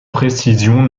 précision